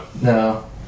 No